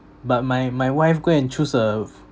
but my my wife go and choose a